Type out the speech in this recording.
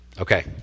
Okay